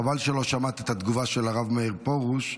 חבל שלא שמעת את התגובה של הרב מאיר פרוש,